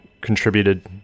contributed